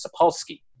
sapolsky